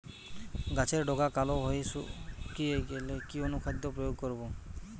গাছের ডগা কালো হয়ে শুকিয়ে গেলে কি অনুখাদ্য প্রয়োগ করব?